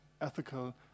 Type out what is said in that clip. ethical